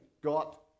got